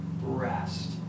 rest